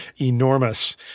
enormous